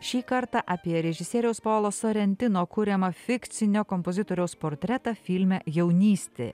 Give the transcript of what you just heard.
šį kartą apie režisieriaus polo sorentino kuriamą fikcinio kompozitoriaus portretą filme jaunystė